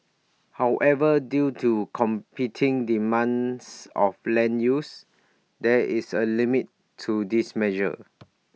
however due to competing demands of land use there is A limit to this measure